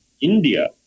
India